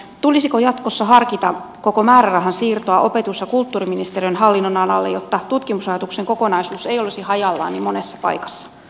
tulisiko jatkossa harkita koko määrärahan siirtoa opetus ja kulttuuriministeriön hallinnonalalle jotta tutkimusrahoituksen kokonaisuus ei olisi hajallaan niin monessa paikassa